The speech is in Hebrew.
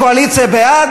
קואליציה בעד,